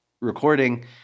recording